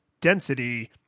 density